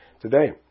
Today